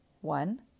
One